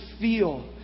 feel